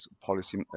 policy